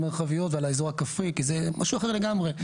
המרחביות ועל האזור הכפרי, כי זה משהו אחר לגמרי.